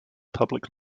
public